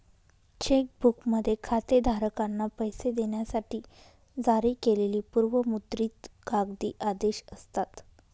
check बुकमध्ये खातेधारकांना पैसे देण्यासाठी जारी केलेली पूर्व मुद्रित कागदी आदेश असतात